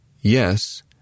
Yes